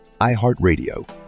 iHeartRadio